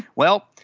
well,